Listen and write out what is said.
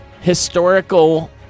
historical